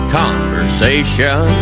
conversation